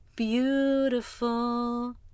Beautiful